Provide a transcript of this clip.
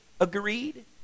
agreed